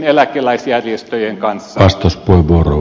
arvoisa herra puhemies